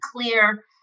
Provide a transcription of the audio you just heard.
clear